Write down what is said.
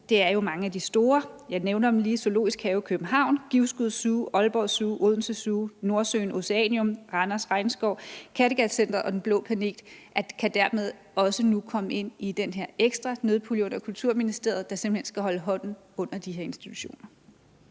jo er mange af de store – jeg nævner dem lige: Zoologisk Have København, Givskud Zoo, Aalborg Zoo, Odense Zoo, Nordsøen Oceanarium, Randers Regnskov, Kattegatcentret og Den Blå Planet – dermed også nu kan komme ind under den her ekstra nødpulje under Kulturministeriet, der simpelt hen skal holde hånden under de her institutioner.